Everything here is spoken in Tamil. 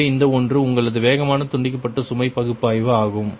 எனவே இந்த ஒன்று உங்களது வேகமான துண்டிக்கப்பட்ட சுமை பாய்வு ஆகும்